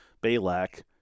Balak